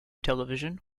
television